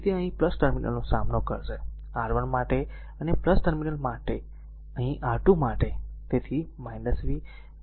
તેથી તે અહીં ટર્મિનલનો સામનો કરશે R1 માટે અને ટર્મિનલ અહીં R2 માટે